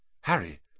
Harry